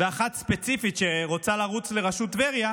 ואחת ספציפית שרוצה לרוץ לראשות טבריה,